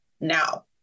now